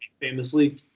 famously